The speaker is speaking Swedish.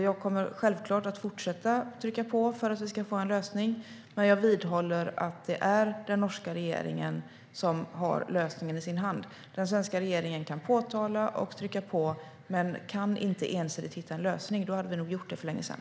Jag kommer självklart att fortsätta att trycka på för att vi ska få en lösning, men jag vidhåller att det är den norska regeringen som har lösningen i sin hand. Den svenska regeringen kan påtala och trycka på men inte ensidigt hitta en lösning. Då hade vi nog gjort det för länge sedan.